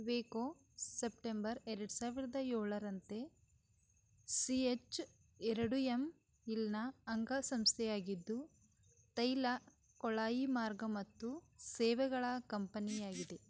Vicco September ಎರಡು ಸಾವಿರದ ಏಳರಂತೆ ಸಿ ಎಚ್ ಎರಡು ಎಮ್ ಇಲ್ನ ಅಂಗ ಸಂಸ್ಥೆಯಾಗಿದ್ದು ತೈಲ ಕೊಳಾಯಿ ಮಾರ್ಗ ಮತ್ತು ಸೇವೆಗಳ ಕಂಪನಿಯಾಗಿದೆ